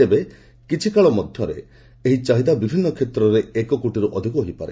ତେବେ କିଛିକାଳ ମଧ୍ୟରେ ଏହି ଚାହିଦା ବିଭିନ୍ନ କ୍ଷେତ୍ରରେ ଏକ କୋଟିରୁ ଅଧିକ ହୋଇପାରେ